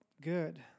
good